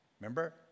Remember